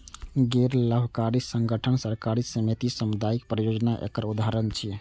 गैर लाभकारी संगठन, सहकारी समिति, सामुदायिक परियोजना एकर उदाहरण छियै